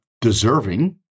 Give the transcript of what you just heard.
deserving